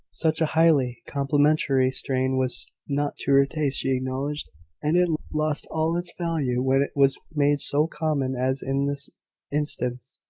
such a highly complimentary strain was not to her taste, she acknowledged and it lost all its value when it was made so common as in this instance.